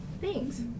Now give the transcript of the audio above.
thanks